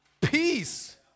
Peace